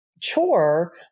chore